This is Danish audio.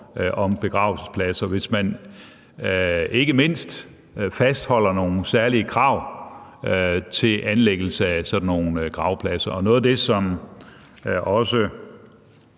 om begravelsespladser, ikke mindst hvis man fastholder nogle særlige krav til anlæggelse af sådan nogle gravpladser. Og noget af det, som man